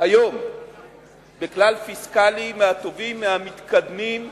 היום בכלל פיסקלי מהטובים, מהמתקדמים בעולם,